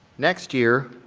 next year,